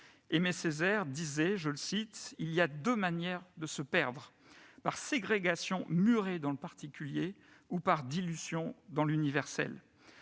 Aimé Césaire disait :« Il y a deux manières de se perdre : par ségrégation murée dans le particulier ou par dilution dans l'" universel ".